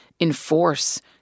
enforce